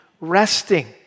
resting